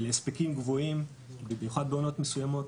להספקים גבוהים, במיוחד בעונות מסוימות.